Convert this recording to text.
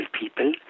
people